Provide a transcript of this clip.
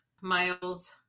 Miles